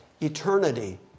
eternity